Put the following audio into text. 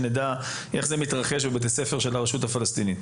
כדאי שנדע איך זה מתרחש בבתי הספר של הרשות הפלסטינית.